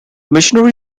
missionary